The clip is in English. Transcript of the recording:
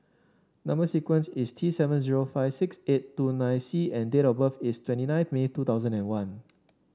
number sequence is T seven zero five six eight two nine C and date of birth is twenty nine May two thousand and one